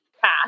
path